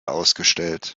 ausgestellt